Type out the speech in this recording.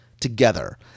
together